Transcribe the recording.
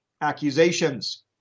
accusations